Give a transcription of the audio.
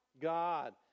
God